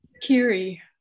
Kiri